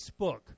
Facebook